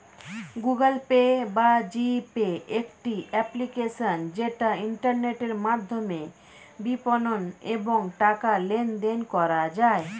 Google Pay বা G Pay একটি application যেটা ইন্টারনেটের মাধ্যমে বিপণন এবং টাকা লেনদেন করা যায়